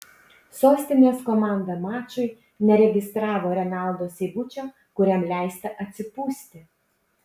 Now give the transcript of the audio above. sostinės komanda mačui neregistravo renaldo seibučio kuriam leista atsipūsti